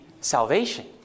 salvation